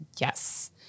Yes